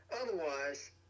Otherwise